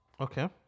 Okay